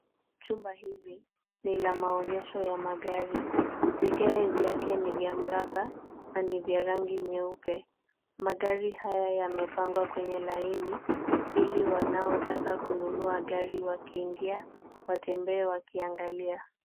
Chumba hili, nina maonesho ya magari, vigae vyake ni vya mraba, na ni vya rangi nyeupe. Magari haya yamepangwa kwenye laini, ili wanaotaka kununua gari wakiingia watembee wakiangalia.